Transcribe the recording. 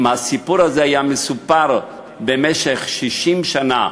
אם הסיפור הזה היה מסופר במשך 60 שנה,